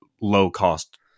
low-cost